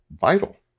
vital